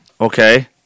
Okay